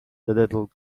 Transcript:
little